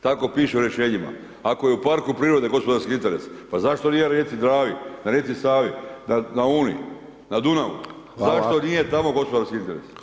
Tako piše u rješenjima, ako je u parku prirode gospodarski interes pa zašto nije u rijeci Dravi, na rijeci Savi, na Uni, na Dunavu [[Upadica: Hvala.]] zašto nije tamo gospodarski interes.